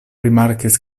rimarkis